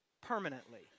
permanently